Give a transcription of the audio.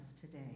today